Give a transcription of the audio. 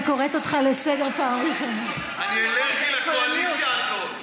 אני אלרגי לקואליציה הזאת.